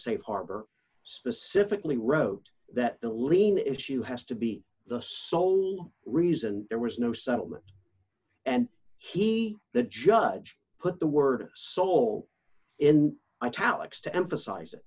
safe harbor specifically wrote that the lien issue has to be the sole reason there was no settlement and he the judge put the word soul in italics to emphasize i